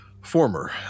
former